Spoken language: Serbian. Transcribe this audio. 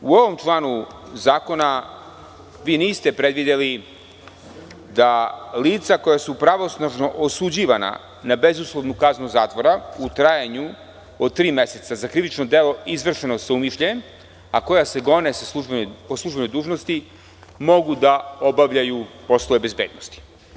U ovom članu zakona niste predvideli da lica koja su pravosnažno osuđivana na bezuslovnu kaznu zatvora u trajanju od tri meseca, za krivično delo izvršeno sa umišljajem, a koja se gone po službenoj dužnosti, mogu da obavljaju poslove bezbednosti.